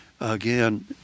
again